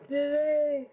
Today